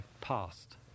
past